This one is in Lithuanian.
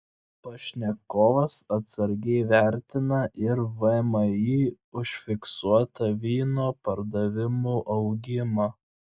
pašnekovas atsargiai vertina ir vmi užfiksuotą vyno pardavimų augimą